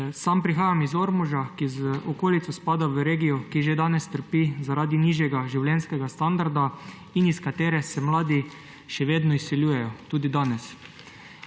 Sam prihajam iz Ormoža, ki z okolico spada v regijo, ki že danes trpi zaradi nižjega življenjskega standarda in iz katere se mladi še vedno izseljujejo, tudi danes.